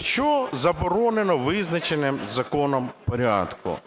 що заборонено у визначеному законом порядку.